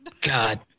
God